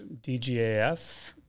DGAF